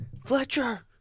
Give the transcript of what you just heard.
Fletcher